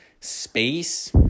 space